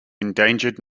endangered